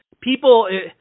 people